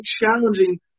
challenging